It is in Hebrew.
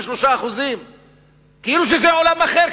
23%. כאילו שזה עולם אחר,